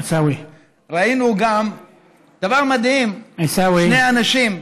ראינו גם דבר מדהים: שני אנשים,